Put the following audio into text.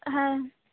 ᱦᱮᱸ